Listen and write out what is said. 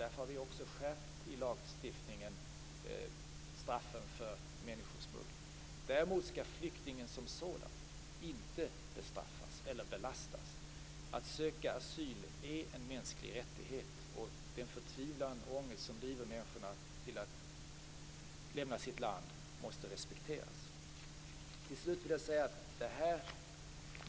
Därför har vi skärpt i lagstiftningen straffen för människosmuggling. Däremot skall flyktingen som sådan inte belastas. Att söka asyl är en mänsklig rättighet, och den förtvivlan och ångest som driver människorna till att lämna sitt land måste beaktas. Till slut vill jag säga att det här